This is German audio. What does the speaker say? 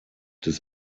des